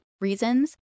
reasons